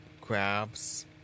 crabs